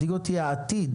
מדאיג אותי העתיד.